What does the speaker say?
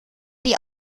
die